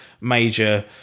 major